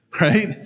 Right